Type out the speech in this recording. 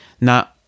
Now